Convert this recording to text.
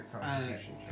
Constitution